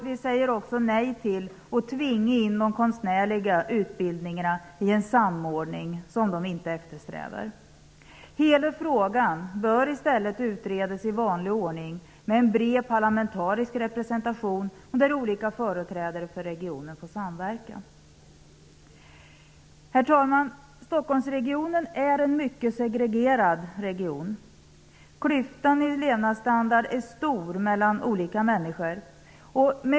Vi säger också nej till att tvinga in de konstnärliga utbildningarna i en samordning som de inte eftersträvar. Hela frågan bör i stället utredas i vanlig ordning, med en bred parlamentarisk representation och där olika företrädare för regionen får samverka. Herr talman! Stockholmsregionen är en mycket segregerad region. Klyftan i levnadsstandard är stor mellan olika människor.